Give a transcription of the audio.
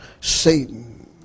Satan